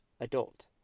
adult